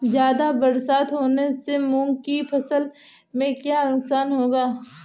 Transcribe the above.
ज़्यादा बरसात होने से मूंग की फसल में क्या नुकसान होगा?